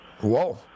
Whoa